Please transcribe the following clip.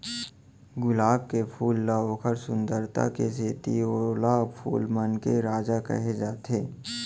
गुलाब के फूल ल ओकर सुंदरई के सेती ओला फूल मन के राजा कहे जाथे